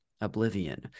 Oblivion